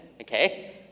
okay